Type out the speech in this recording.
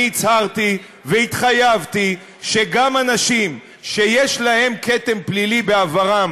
אני הצהרתי והתחייבתי שגם אנשים שיש להם כתם פלילי בעברם